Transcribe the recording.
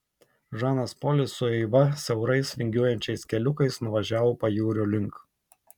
žanas polis su eiva siaurais vingiuojančiais keliukais nuvažiavo pajūrio link